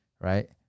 right